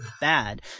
bad